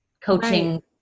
coaching